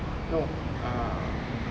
no err